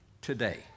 today